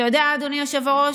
אתה יודע, אדוני היושב-ראש,